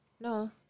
No